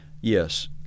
yes